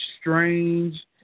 strange